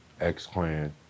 X-Clan